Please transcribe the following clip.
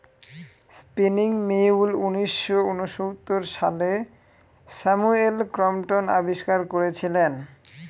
spinning mule উনিশশো ঊনসত্তর সালে স্যামুয়েল ক্রম্পটন আবিষ্কার করেছিলেন